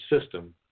system